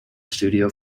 studio